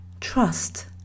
trust